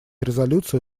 резолюцию